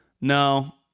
No